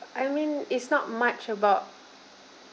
I mean it's not much about